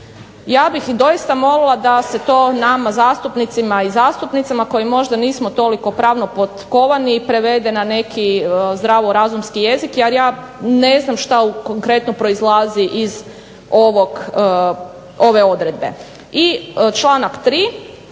Ja bih doista molila da se to nama zastupnicima i zastupnicama koji možda nismo toliko pravno potkovani prevede na neki zdravo razumski jezik jer ja ne znam što konkretno proizlazi iz ove odredbe. I članak 3.